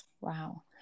wow